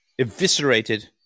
eviscerated